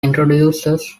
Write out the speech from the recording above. introduces